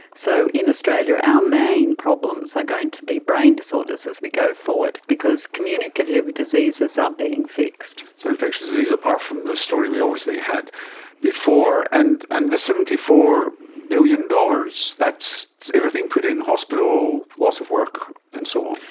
so in australia our main problems are like going to be brain disorders as we go forward, because communicative diseases are being fixed. so infectious disease, apart from the story we obviously had before. and and the seventy four billion dollars, that's everything put in, hospital, hospital, loss of work and so on?